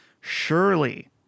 Surely